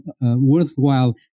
worthwhile